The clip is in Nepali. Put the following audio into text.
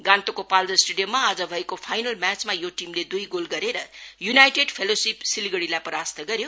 गान्तोकको पाल्जोर स्टेडियममा आज भएको फाइनल म्याचमा यो टीमले दुई गोल गरेर युनाइटेट फेल्लोसिप सिलगढ़ीलाई परास्त गर्यो